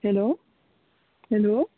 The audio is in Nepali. hello hello